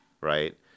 right